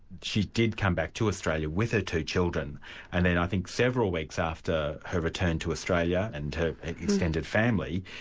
she did come back to australia, with her two children, and then i think several weeks after her return to australia and to her extended family,